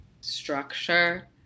structure